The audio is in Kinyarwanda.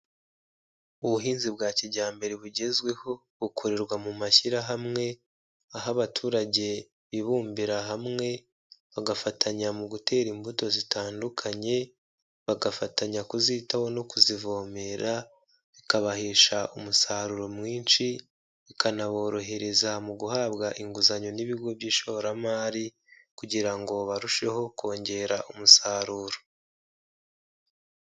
Ubuhinzi bwa kijyambere bugezweho bukorerwa mu mashyirahamwe, aho abaturage bibumbira hamwe bagafatanya mu gutera imbuto zitandukanye, bagafatanya kuzitaho no kuzivomerera, bikabahesha umusaruro mwinshi, bikanaborohereza mu guhabwa inguzanyo n'ibigo by'ishoramari kugira ngo barusheho kongera umusaruro.